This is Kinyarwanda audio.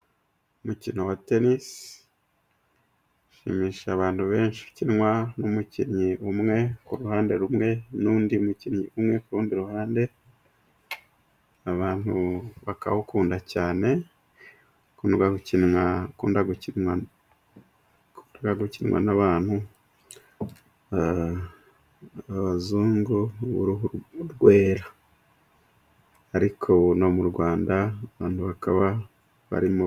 Umukino wa tenisi ushimisha abantu benshi. Ukinwa n'umukinnyi umwe ku ruhande rumwe, n'undi mukinnyi umwe kundi ruhande. Abantu bakawukunda cyane ukunda gukinwa n'abantu b'abazungu, b'uruhu rwera. Ariko no mu Rwanda abantu bakaba barimo...